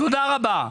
תודה רבה.